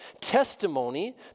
testimony